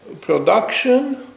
production